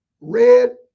red